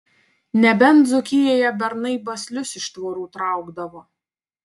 nebent dzūkijoje bernai baslius iš tvorų traukdavo